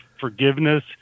forgiveness